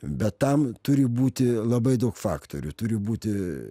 bet tam turi būti labai daug faktorių turi būti